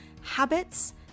habits